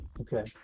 Okay